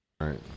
Right